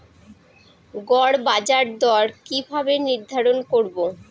গড় বাজার দর কিভাবে নির্ধারণ করব?